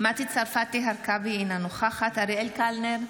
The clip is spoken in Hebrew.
מטי צרפתי הרכבי, אינה נוכחת אריאל קלנר,